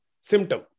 symptom